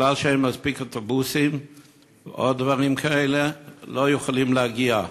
שבגלל שאין מספיק אוטובוסים ועוד דברים כאלה לא יכולים להגיע.